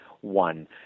one